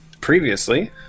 previously